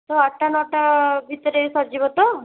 ତ ଆଠଟା ନଅଟା ଭିତରେ ସରିଯିବ ତ